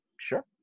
Sure